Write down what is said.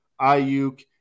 Ayuk